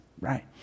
right